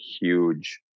huge